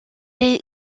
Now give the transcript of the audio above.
est